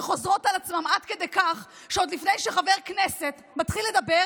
שחוזרות על עצמן עד כדי כך שעוד לפני שחבר כנסת מתחיל לדבר,